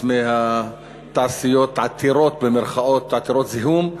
חוץ מהתעשיות "עתירות" הזיהום.